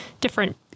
different